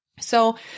So-